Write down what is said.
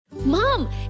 Mom